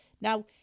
Now